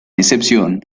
excepción